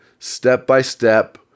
step-by-step